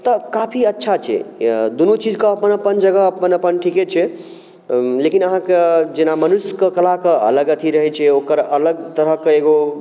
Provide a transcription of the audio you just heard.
तऽ काफी अच्छा छै दुनू चीजके अपन अपन जगह अपन अपन ठीके छै लेकिन अहाँके जेना मनुष्यके कलाके अलग अथी रहै छै ओकर अलग तरहके एगो